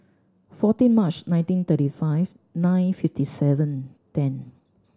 fourteen March nineteen thirty five nine fifty seven ten